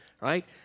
right